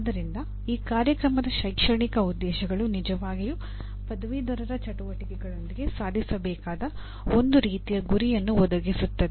ಆದ್ದರಿಂದ ಈ ಕಾರ್ಯಕ್ರಮದ ಶೈಕ್ಷಣಿಕ ಉದ್ದೇಶಗಳು ನಿಜವಾಗಿಯೂ ಪದವೀಧರರ ಚಟುವಟಿಕೆಗಳೊಂದಿಗೆ ಸಾಧಿಸಬೇಕಾದ ಒಂದು ರೀತಿಯ ಗುರಿಯನ್ನು ಒದಗಿಸುತ್ತದೆ